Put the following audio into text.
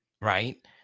right